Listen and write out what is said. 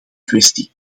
kwestie